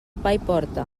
paiporta